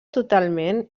totalment